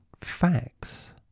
facts